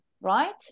right